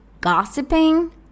Gossiping